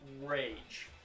rage